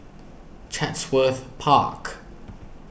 Chatsworth Park